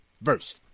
verse